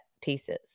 pieces